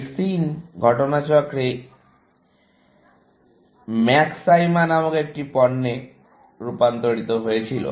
এই SIN ঘটনাচক্রে MACSYMA নামক একটি পণ্যে রূপান্তরিত হয়েছিল